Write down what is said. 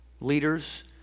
leaders